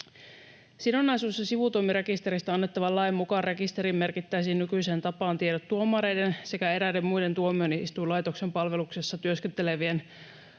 Sidonnaisuus- ja sivutoimirekisteristä annettavan lain mukaan rekisteriin merkittäisiin nykyiseen tapaan tiedot tuomareiden sekä eräiden muiden tuomioistuinlaitoksen palveluksessa työskentelevien